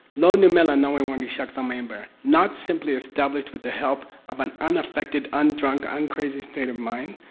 lo nume ah la nangway wanggi shaktsam mayinpar. not simply established with the help of an unaffected, undrunk, uncrazy state of mind.